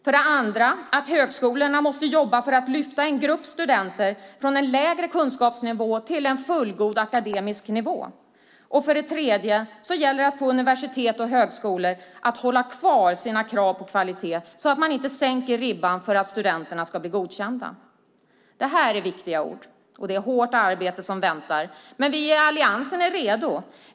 För det andra måste högskolorna jobba för att lyfta upp en grupp studenter från en lägre kunskapsnivå till en fullgod akademisk nivå. För det tredje gäller det att få universitet och högskolor att hålla kvar sina krav på kvalitet så att man inte sänker ribban för att studenterna ska bli godkända. Det här är viktiga ord, och det är ett hårt arbete som väntar. Vi i Alliansen är redo.